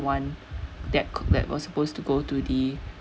one that that was supposed to go to the